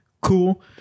Cool